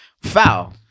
foul